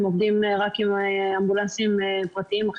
הם עובדים רק עם אמבולנסים פרטיים.